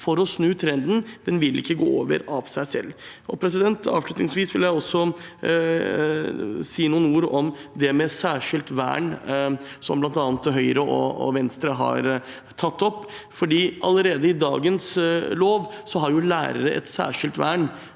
for å snu trenden. Den vil ikke gå over av seg selv. Avslutningsvis vil jeg også si noen ord om det med særskilt vern, som bl.a. Høyre og Venstre har tatt opp. Allerede i dagens lov har jo lærere et særskilt vern,